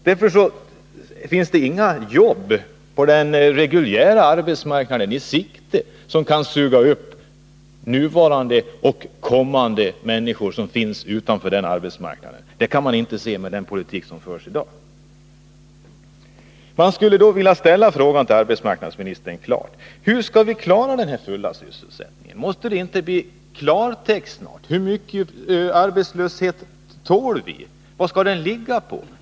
Det finns inga arbeten på den reguljära arbetsmarknaden i sikte som skulle kunna suga upp nuvarande och kommande arbetskraft utanför denna arbetsmarknad. Jag skulle vilja fråga arbetsmarknadsministern: Hur skall vi kunna klara den fulla sysselsättningen? Måste det inte sägas ifrån i klartext snart? Hur mycket arbetslöshet tål vi?